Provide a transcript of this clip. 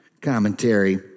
commentary